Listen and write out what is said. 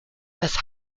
das